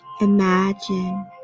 imagine